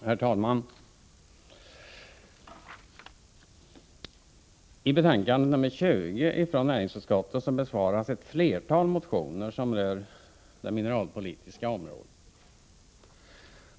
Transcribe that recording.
Herr talman! I betänkandet nr 20 från näringsutskottet besvaras ett flertal motioner som rör det mineralpolitiska området.